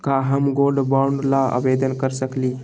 का हम gold bond ल आवेदन कर सकली?